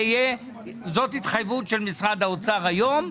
זאת התחייבות של משרד האוצר היום,